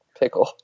Pickle